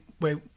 wait